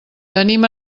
tenim